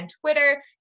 Twitter